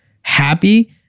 happy